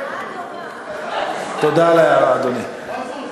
תודה על ההערה, אדוני.